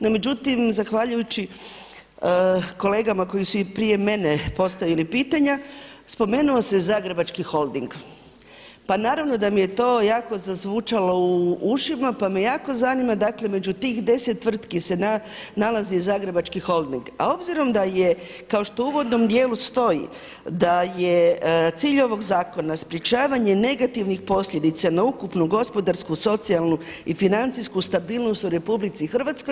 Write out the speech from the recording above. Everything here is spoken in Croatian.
No međutim, zahvaljujući kolegama koji su i prije mene postavili pitanja, spomenuo se Zagrebački holding, pa naravno da mi je to jako zazvučalo u ušima, pa me jako zanima dakle među tih deset tvrtki se nalazi i Zagrebački holding, a obzirom da je kao što u uvodnom dijelu stoji da je cilj ovog zakona sprečavanje negativnih posljedica na ukupnu gospodarsku, socijalnu i financijsku stabilnost u RH.